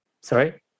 Sorry